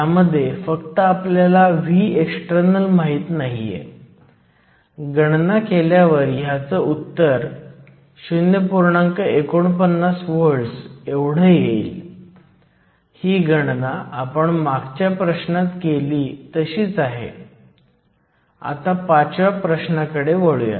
reverse करंटची गणना करण्यासाठी तुम्ही रिव्हर्स बायस लागू करता तेव्हा आपल्याला प्रथम नवीन रुंदीची गणना करणे आवश्यक आहे